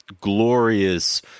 glorious